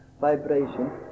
vibration